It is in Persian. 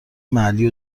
محلی